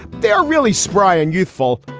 they are really spry and youthful.